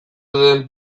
den